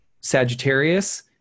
Sagittarius